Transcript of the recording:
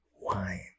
wine